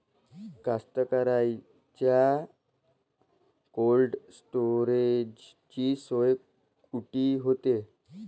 कास्तकाराइच्या कोल्ड स्टोरेजची सोय कुटी होते?